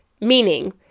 meaning